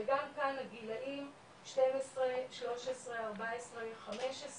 וגם כאן הגילאים 12, 13, 14, 15,